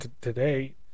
today